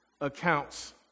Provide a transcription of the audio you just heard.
accounts